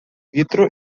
vintro